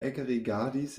ekrigardis